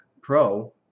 Pro